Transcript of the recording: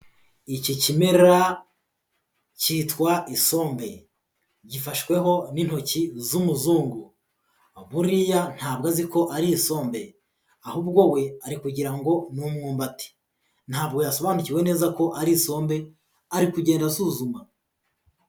Iki kimera cyitwa isombe. Gifashweho n'intoki z'umuzungu. Buriya ntabwo aziko ari isombe ahubwo we, ari kugira ngo ni umwumbati ntabwo yasobanukiwe neza ko ari isombe, ari kugenda asuzuma.